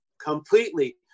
completely